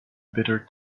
bitter